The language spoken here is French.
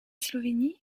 slovénie